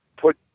put